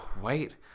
wait